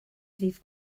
ddydd